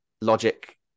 logic